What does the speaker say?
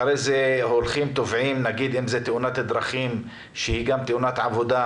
למשל אם זו תאונת דרכים שהיא גם תאונת עבודה,